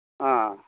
ꯑꯥ